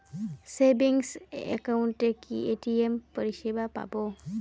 Savings একাউন্টে কি ATM পরিসেবা পাব?